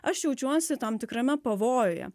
aš jaučiuosi tam tikrame pavojuje